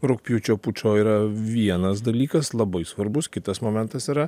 rugpjūčio pučo yra vienas dalykas labai svarbus kitas momentas yra